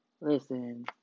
listen